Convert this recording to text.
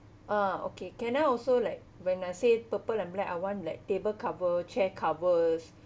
uh okay can I also like when I say purple and black I want like table cover chair covers